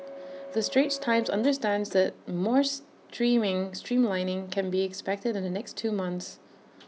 the straits times understands that more streaming streamlining can be expected in the next two months